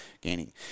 gaining